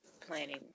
planning